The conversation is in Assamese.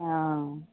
অঁ